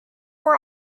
were